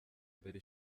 mbere